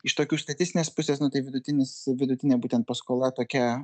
iš tokių statistinės pusės nu tai vidutinis vidutinė būtent paskola tokia